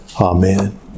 Amen